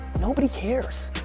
nobody cares.